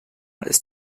ist